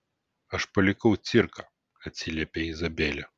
aš palikau cirką atsiliepia izabelė